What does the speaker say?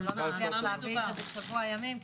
אנחנו לא נצליח להביא את זה בשבוע ימים.